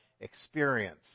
experience